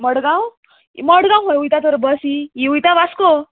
मडगांव ही मडगांव खंय वयता तर बस ही ही वयता वास्को